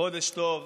חודש טוב.